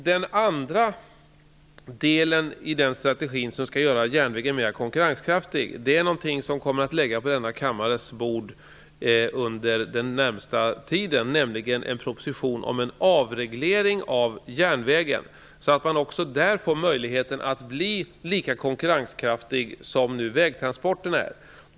Den andra delen i strategin för att göra järnvägen mer konkurrenskraftig är en proposition om avreglering av järnvägen. Den kommer att ligga på denna kammares bord inom den närmaste tiden. Då får också järnvägen möjlighet att bli lika konkurrenskraftig som vägtransporterna nu är.